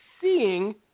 seeing